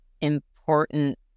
important